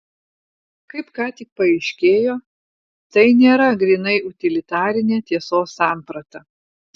kaip ką tik paaiškėjo tai nėra grynai utilitarinė tiesos samprata